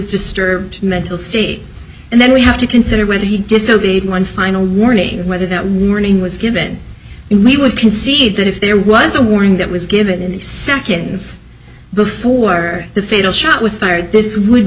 disturbed mental state and then we have to consider whether he disobeyed one final warning whether that we were in was given in we would concede that if there was a warning that was given in seconds before the fatal shot was fired this would